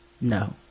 No